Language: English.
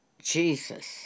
Jesus